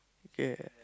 okay